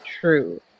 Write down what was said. True